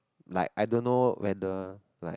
like I don't know when the like